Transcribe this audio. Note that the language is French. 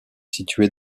située